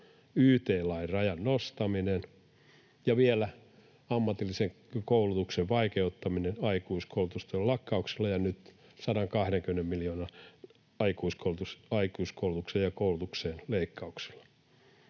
yt-lain rajan nostaminen ja vielä ammatillisen koulutuksen vaikeuttaminen aikuiskoulutustuen lakkautuksella ja nyt aikuiskoulutuksen ja koulutuksen 120 miljoonan